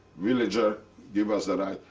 villager give us a ride.